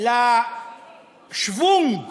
לשוונג